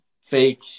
fake